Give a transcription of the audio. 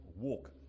walk